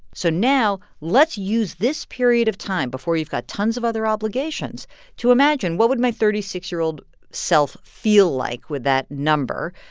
so now, let's use this period of time before you've got tons of other obligations to imagine what would my thirty six year old self feel like with that number?